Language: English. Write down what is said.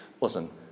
listen